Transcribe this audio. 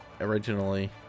originally